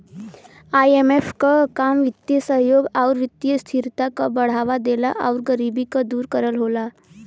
IMF क काम वित्तीय सहयोग आउर वित्तीय स्थिरता क बढ़ावा देला आउर गरीबी के दूर करेला